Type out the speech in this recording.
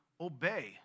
obey